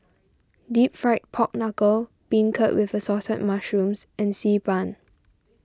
Deep Fried Pork Knuckle Beancurd with Assorted Mushrooms and Xi Ban